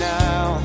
now